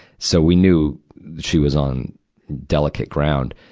so we knew she was on delicate ground.